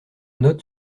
notes